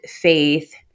Faith